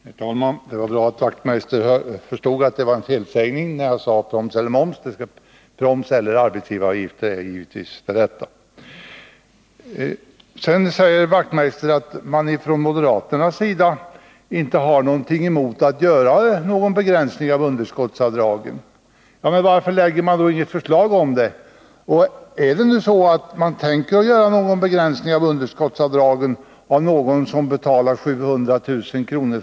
Herr talman! Det var bra att Knut Wachtmeister förstod att det var en felsägning när jag sade proms eller moms — proms eller arbetsgivaravgifter är givetvis det rätta. Knut Wachtmeister säger att man från moderaternas sida inte har någonting emot att göra en begränsning av underskottsavdragen. Men varför lägger man då inget förslag om det? Är det nu så att man tänker göra någon begränsning av underskottsavdragen för den som betalar 700 000 kr.